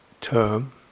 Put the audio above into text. term